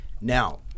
now